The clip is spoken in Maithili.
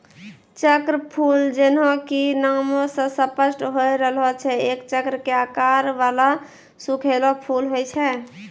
चक्रफूल जैन्हों कि नामै स स्पष्ट होय रहलो छै एक चक्र के आकार वाला सूखलो फूल होय छै